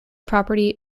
property